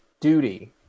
duty